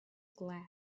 glass